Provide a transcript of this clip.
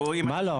מה לא?